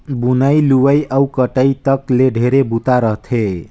बुनई, लुवई अउ कटई तक ले ढेरे बूता रहथे